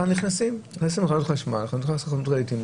אנשים נכנסים לאותה חנות חשמל או לחנות הרהיטים.